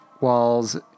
walls